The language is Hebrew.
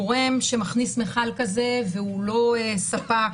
גורם שמכניס מכל כזה והוא לא ספק,